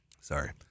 sorry